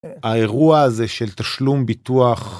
האירוע הזה של תשלום ביטוח.